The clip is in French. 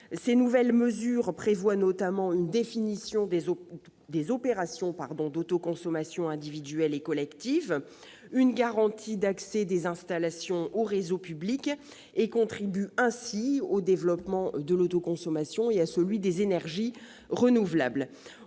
Ces nouvelles mesures prévoient notamment une définition des opérations d'autoconsommation individuelle et collective, une garantie d'accès des installations aux réseaux publics et contribuent ainsi à son développement et à celui des énergies renouvelables.